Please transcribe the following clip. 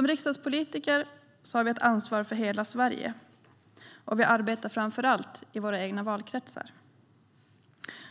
Vi riksdagspolitiker har ett ansvar för hela Sverige. Vi arbetar framför allt i våra egna valkretsar.